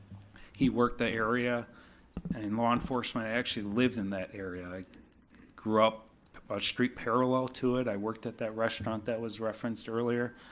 he worked the area in law enforcement, i actually lived in that area, i grew up a street parallel to it, i worked at that restaurant that was referenced earlier.